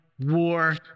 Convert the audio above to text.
war